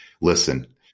listen